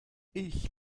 ich